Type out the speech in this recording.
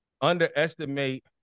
underestimate